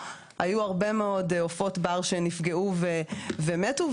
היו הרבה מאוד עופות בר שנפגעו ומתו.